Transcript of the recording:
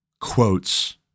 quotes